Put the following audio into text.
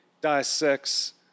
dissects